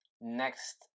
Next